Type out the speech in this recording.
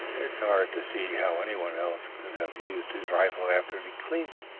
it's hard to see how anyone else could have used his rifle after he cleaned it,